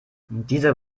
dieser